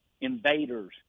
Invaders